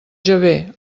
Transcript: jahvè